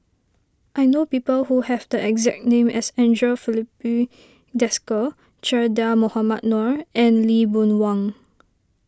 I know people who have the exact name as Andre Filipe Desker Che Dah Mohamed Noor and Lee Boon Wang